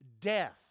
death